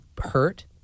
hurt